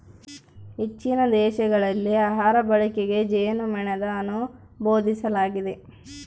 ಹೆಚ್ಚಿನ ದೇಶಗಳಲ್ಲಿ ಆಹಾರ ಬಳಕೆಗೆ ಜೇನುಮೇಣನ ಅನುಮೋದಿಸಲಾಗಿದೆ